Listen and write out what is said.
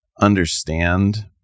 understand